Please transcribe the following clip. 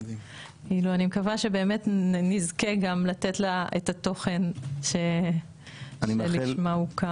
אני מקווה שבאמת נזכה גם לתת לה את התוכן שלשמה הוקמה.